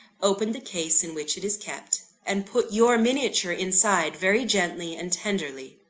opened the case in which it is kept, and put your miniature inside, very gently and tenderly.